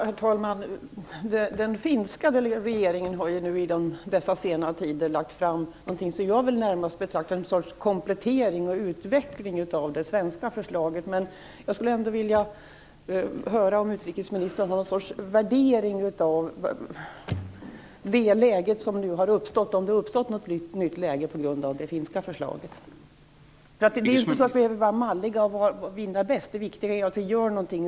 Herr talman! Den finska regeringen har ju i dessa sena tider lagt fram något som jag närmast vill betrakta som en sorts komplettering och utveckling av det svenska förslaget. Men jag skulle ändå vilja höra om utrikesministern har något slags värdering av det läge som nu har uppstått med anledning av det finska förslaget, om det alls har uppstått något nytt läge. Vi behöver ju inte vara malliga och vinna bäst - det viktiga är att vi gör någonting.